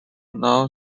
now